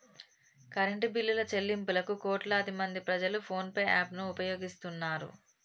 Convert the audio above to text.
current బిల్లుల చెల్లింపులకు కోట్లాదిమంది ప్రజలు ఫోన్ పే యాప్ ను ఉపయోగిస్తున్నారు